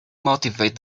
motivate